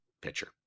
pitcher